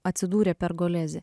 atsidūrė pergolezi